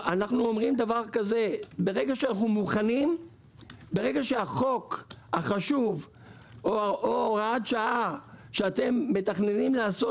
ברגע שהחוק החשוב או הוראת השעה שאתם מתכננים לעשות